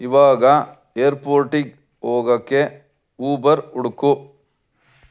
ಈವಾಗ ಏರ್ಪೋರ್ಟಿಗೆ ಹೋಗಕ್ಕೆ ಊಬರ್ ಹುಡುಕು